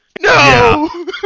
No